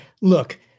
look